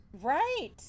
Right